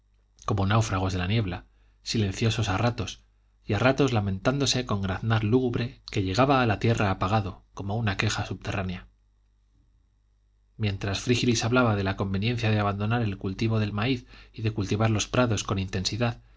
como náufragos de la niebla silenciosos a ratos y a ratos lamentándose con graznar lúgubre que llegaba a la tierra apagado como una queja subterránea mientras frígilis hablaba de la conveniencia de abandonar el cultivo del maíz y de cultivar los prados con intensidad